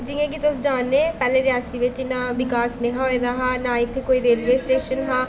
जि'यां कि तुस जाननें पैह्लें रियासी बिच्च इन्ना बिकास नेईं हा होए दा ना इत्थै कोई रेलवे स्टेशन हा